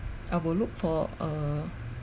I will look for err